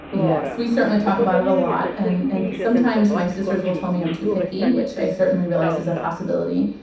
yes, we certainly talk about it a lot. and and sometimes my sisters will tell me i'm too picky, which i certainly realize is a possibility.